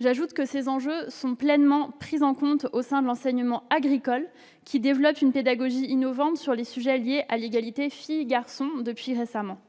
J'ajoute que ces enjeux sont pleinement pris en compte au sein de l'enseignement agricole qui développe depuis peu une pédagogie innovante sur les sujets liés à l'égalité entre filles et